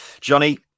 Johnny